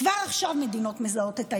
כבר עכשיו מדינות מזהות את ההזדמנות.